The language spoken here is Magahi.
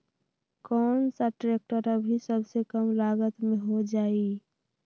कौन सा ट्रैक्टर अभी सबसे कम लागत में हो जाइ?